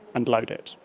and load it.